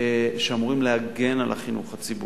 שאמורים להגן על החינוך הציבורי,